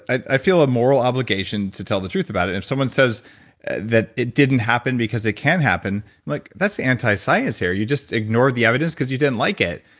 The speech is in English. i feel a moral obligation to tell the truth about it. if someone says that it didn't happen because it can happen, like that's the anti-science here. you just ignored the evidence because you didn't like it,